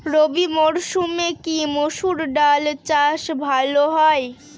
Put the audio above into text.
রবি মরসুমে কি মসুর ডাল চাষ ভালো হয়?